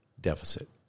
deficit